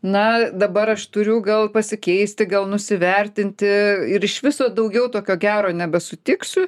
na dabar aš turiu gal pasikeisti gal nusivertinti ir iš viso daugiau tokio gero nebesutiksiu